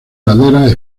laderas